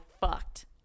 fucked